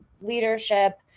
leadership